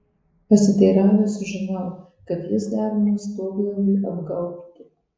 pasiteiravęs sužinau kad jis daromas stoglangiui apgaubti